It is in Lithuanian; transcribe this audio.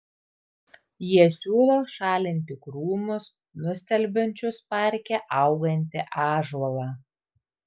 jie siūlo šalinti krūmus nustelbiančius parke augantį ąžuolą